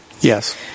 Yes